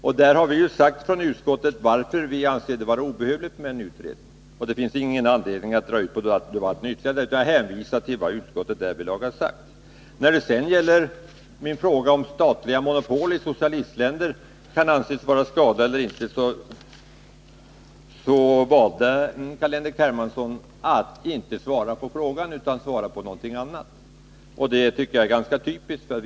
Vi har från utskottet förklarat varför vi anser det vara obehövligt med en utredning. Det finns ingen anledning att dra ut på debatten genom att upprepa detta, utan jag hänvisar till vad utskottet därvidlag har sagt. Carl-Henrik Hermansson valde att inte svara på min fråga om statliga ället svarade monopol i socialistländer kan anses vara skadliga eller inte. I s han på någonting annat. Det tycker jag är ganska typiskt.